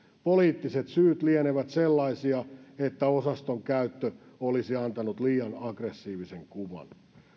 poliittiset syyt lienevät sellaisia että osaston käyttö olisi antanut liian aggressiivisen kuvan